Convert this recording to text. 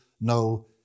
no